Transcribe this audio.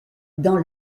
dans